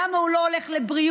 למה הוא לא הולך לבריאות,